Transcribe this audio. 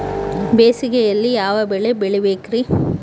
ಬೇಸಿಗೆಯಲ್ಲಿ ಯಾವ ಬೆಳೆ ಬೆಳಿಬೇಕ್ರಿ?